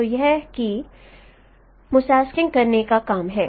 तो यह कि मोसाईकिंग करने का काम है